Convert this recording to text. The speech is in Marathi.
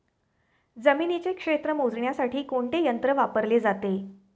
जमिनीचे क्षेत्र मोजण्यासाठी कोणते यंत्र वापरले जाते?